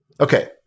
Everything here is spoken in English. Okay